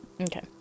Okay